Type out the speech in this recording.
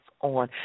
on